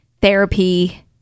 therapy